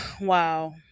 Wow